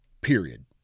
period